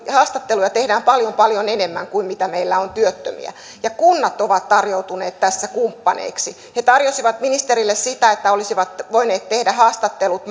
haastatteluja tehdään paljon paljon enemmän kuin mitä meillä on työttömiä kunnat ovat tarjoutuneet tässä kumppaneiksi he tarjosivat ministerille sitä että olisivat voineet tehdä haastattelut